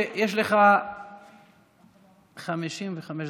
יש לך 55 דקות.